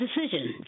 decision